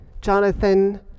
Jonathan